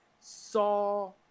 saw